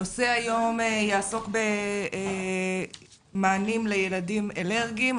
הנושא היום יעסוק במענים לילדים אלרגיים.